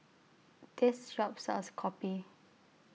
This Shop sells Kopi